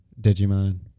Digimon